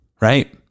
right